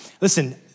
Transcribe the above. listen